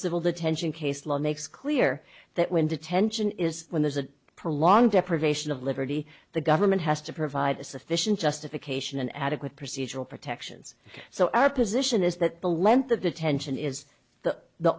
civil the tension case law makes clear that when detention is when there's a prolonged deprivation of liberty the government has to provide a sufficient justification an adequate procedural protections so our position is that the length of the tension is the the